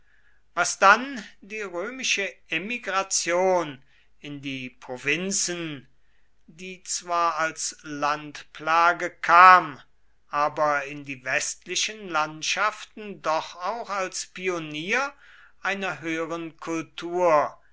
was dann die römische emigration in die provinzen die zwar als landplage kam aber in die westlichen landschaften doch auch als pionier einer höheren kultur